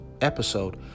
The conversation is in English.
episode